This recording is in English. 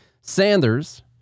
Sanders